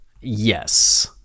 yes